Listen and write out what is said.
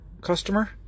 customer